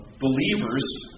believers